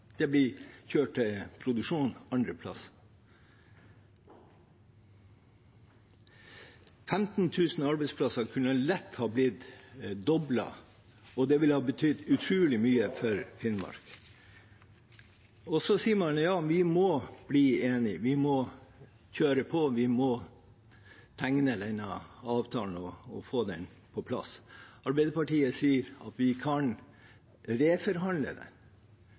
Det blir kjørt til produksjon andre plasser. 15 000 arbeidsplasser kunne lett ha blitt doblet, og det ville ha betydd utrolig mye for Finnmark. Så sier man at vi må bli enige, vi må kjøre på, vi må undertegne denne avtalen og få den på plass. Arbeiderpartiet sier at vi kan reforhandle den.